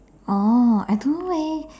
oh I don't know leh then